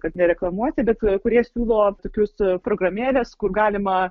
kad nereklamuoti bet kurie siūlo tokius programėles kur galima